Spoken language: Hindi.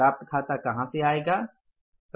प्राप्य खाता कहा से आएगा